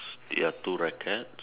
ya two rackets